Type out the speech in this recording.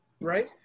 right